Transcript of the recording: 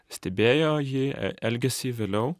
stebėjo jį elgesį vėliau